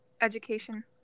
education